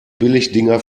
billigdinger